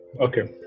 Okay